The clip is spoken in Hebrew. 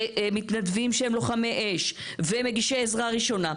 ומתנדבים שהם לוחמי אש ומגישי עזרה ראשונה.